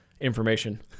information